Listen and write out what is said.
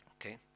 Okay